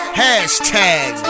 hashtag